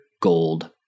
gold